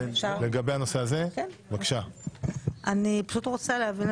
אני פשוט רוצה להבין,